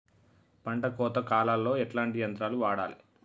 పంట కోత కాలాల్లో ఎట్లాంటి యంత్రాలు వాడాలే?